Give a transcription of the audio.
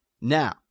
Now